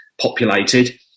populated